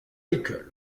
école